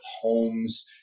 homes